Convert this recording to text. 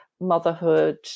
motherhood